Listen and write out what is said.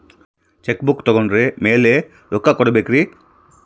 Check book ತೊಗೊಂಡ್ರ ಮ್ಯಾಲೆ ರೊಕ್ಕ ಕೊಡಬೇಕರಿ?